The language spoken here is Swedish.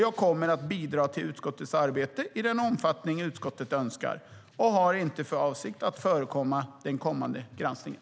Jag kommer att bidra till utskottets arbete i den omfattning utskottet önskar och har inte för avsikt att förekomma den kommande granskningen.